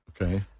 Okay